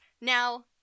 Now